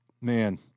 man